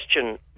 question